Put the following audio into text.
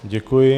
Děkuji.